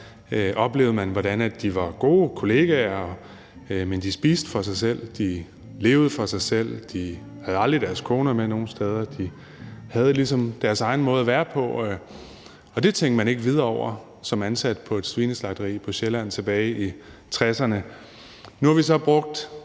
oplevede man, hvordan de var gode kolleger. Men de spiste for sig selv, de levede for sig selv, de havde aldrig deres koner med nogen steder. De havde ligesom deres egen måde at være på, og det tænkte man ikke videre over som ansat på et svineslagteri på Sjælland tilbage i 1960'erne. Nu har vi så brugt